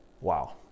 Wow